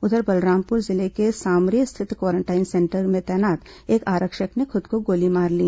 उधर बलरामपुर जिले के सामरी स्थित क्वारेंटाइन सेंटर में तैनात एक आरक्षक ने खुद को गोली मार ली